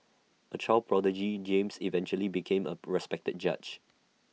A child prodigy James eventually became A respected judge